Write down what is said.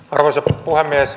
arvoisa puhemies